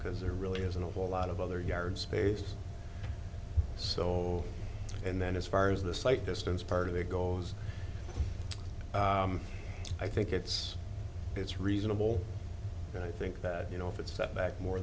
because there really isn't a whole lot of other yard space so and then as far as the sight distance part of their goals i think it's it's reasonable and i think that you know if it's set back more